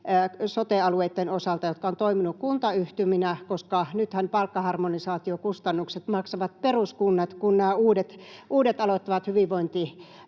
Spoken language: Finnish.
sote-alueitten osalta, jotka ovat toimineet kuntayhtyminä, koska nythän palkkaharmonisaatiokustannukset maksavat peruskunnat, kun nämä uudet aloittavat hyvinvointialueet